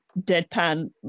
deadpan